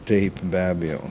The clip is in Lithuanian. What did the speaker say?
taip be abejo